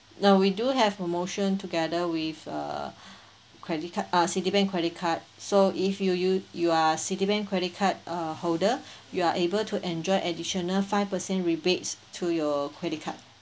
now we do have promotion together with err credit card err citibank credit card so if you you you are citibank credit card err holder you are able to enjoy additional five percent rebates to your credit card